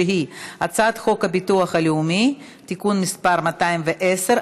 שהיא הצעת חוק הביטוח הלאומי (תיקון מס' 210),